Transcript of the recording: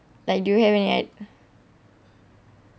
like do you have any at